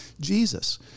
Jesus